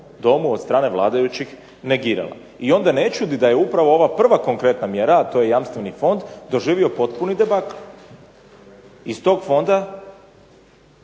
Domu od strane vladajućih negirala. I onda ne čudi da je upravo ova prva konkretna mjera, a to je jamstveni fond doživio potpuni debakl. Iz tog fonda